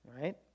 right